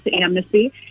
amnesty